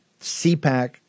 CPAC